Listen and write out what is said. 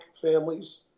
families